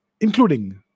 including